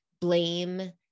blame